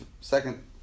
second